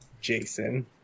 Jason